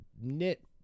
knit